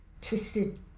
twisted